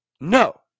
No